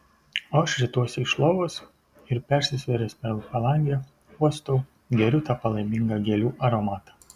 o aš rituosi iš lovos ir persisvėręs per palangę uostau geriu tą palaimingą gėlių aromatą